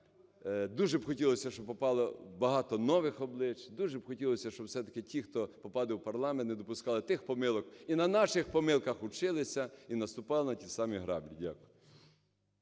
дуже б хотілося, щоб попало багато нових облич, дуже б хотілося, щоб все-таки ті, хто попаде в парламент, не допускали тих помилок і на наших помилках училися, і наступали на ті самі граблі. Дякую.